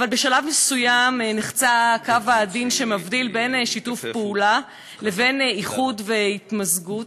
בשלב מסוים נחצה הקו העדין שמבדיל בין שיתוף פעולה לבין איחוד והתמזגות,